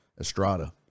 Estrada